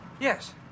yes